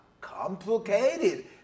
Complicated